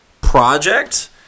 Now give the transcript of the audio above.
project